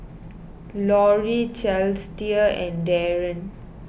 Lori Celestia and Daren